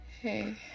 Hey